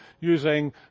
using